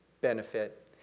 benefit